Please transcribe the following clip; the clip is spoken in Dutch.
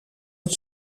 het